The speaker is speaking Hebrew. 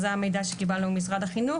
זה המידע שקיבלנו ממשרד החינוך,